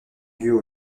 lieues